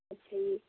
ਅੱਛਾ ਜੀ